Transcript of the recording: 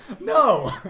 No